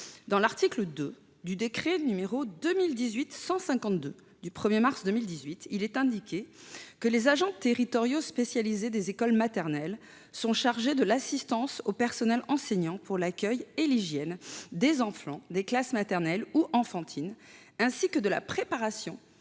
Dans l’article 2 du décret n° 2018-152 du 1 mars 2018, il est indiqué que « les agents territoriaux spécialisés des écoles maternelles sont chargés de l’assistance au personnel enseignant pour l’accueil et l’hygiène des enfants des classes maternelles ou enfantines, ainsi que de la préparation